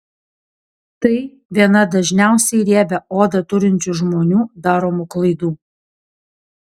tai viena dažniausiai riebią odą turinčių žmonių daromų klaidų